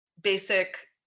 basic